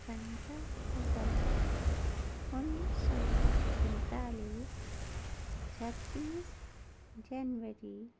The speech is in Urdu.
پندرہ اگست انیس سو سینتالیس چھبیس جنوری